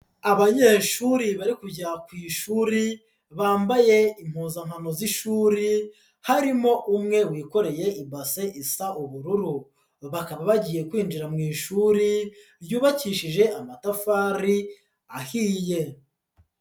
Abanyeshuri bari kujya ku ishuri bambaye impuzankano z'ishuri, harimo umwe wikoreye ibase isa ubururu, bakaba bagiye kwinjira mu ishuri ryubakishije amatafari ahiye.